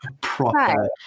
proper